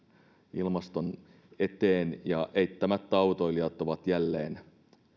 ilmaston eteen ja eittämättä autoilijat ovat jälleen